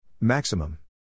Maximum